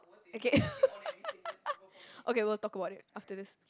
okay okay we will talk about it after this